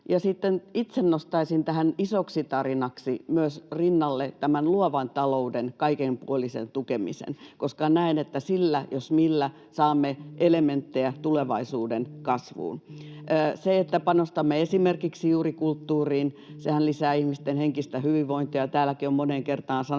itse nostaisin tähän isoksi tarinaksi myös rinnalle luovan talouden kaikenpuolisen tukemisen, koska näen, että sillä jos millä saamme elementtejä tulevaisuuden kasvuun. Sehän, että panostamme esimerkiksi juuri kulttuuriin, lisää ihmisten henkistä hyvinvointia. Täälläkin on moneen kertaan sanottu,